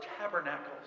tabernacles